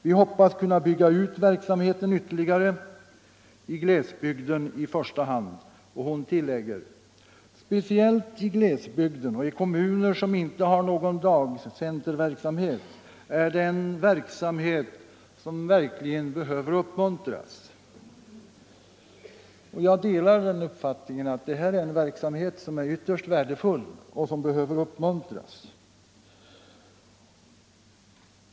Vi hoppas kunna bygga ut verksamheten ytterligare i glesbygden i första hand.” Hon tillägger: ” Speciellt i glesbygden och i kommuner som inte har någon dagcenterverksamhet är det en verksamhet som verkligen behöver uppmuntras.” Jag delar uppfattningen att detta är en verksamhet som är ytterst värdefull och som behöver uppmuntras.